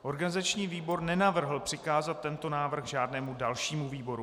Organizační výbor nenavrhl přikázat tento návrh žádnému dalšímu výboru.